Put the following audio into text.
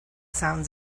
sounds